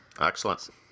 Excellent